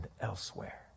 elsewhere